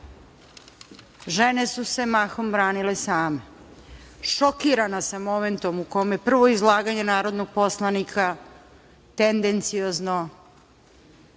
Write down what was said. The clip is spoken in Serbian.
žene su se mahom branile same. Šokirana sam momentom u kome prvo izlaganje narodnog poslanika, tendenciozno